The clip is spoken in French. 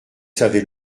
savez